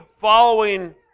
following